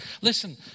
Listen